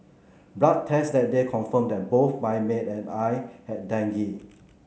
blood test that day confirmed that both my maid and I had dengue